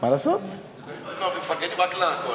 יואל חסון, מבקש לדבר.